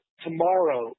tomorrow